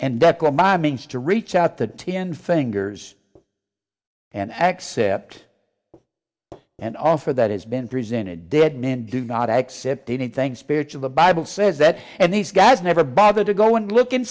combined means to reach out the ten fingers and accept an offer that has been presented dead men do not accept anything spiritual the bible says that and these guys never bother to go and look and